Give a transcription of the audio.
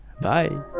Bye